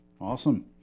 Awesome